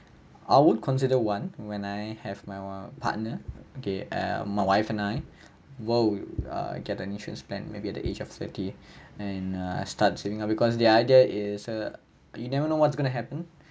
I would consider one when I have my uh partner okay uh my wife and I well uh get a insurance plan maybe at the age of thirty and err start saving lah because the idea is uh you never know what's going to happen